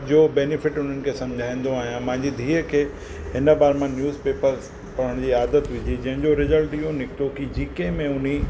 जो बैनिफिट उन्हनि खे समुझाईंदो आहियां मांजी धीअ खे हिन बार मां न्यूज़ पेपर पढ़ण जी आदति विधी जंहिंजो रिजल्ट इहो निकितो कि जेके में उन्ही